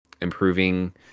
Improving